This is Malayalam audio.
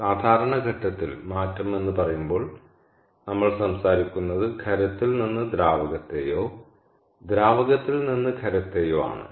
സാധാരണ ഘട്ടത്തിൽ മാറ്റം എന്ന് പറയുമ്പോൾ നമ്മൾ സംസാരിക്കുന്നത് ഖരത്തിൽ നിന്ന് ദ്രാവകത്തെയോ ദ്രാവകത്തിൽ നിന്ന് ഖരത്തെയോ ആണ്